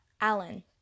Allen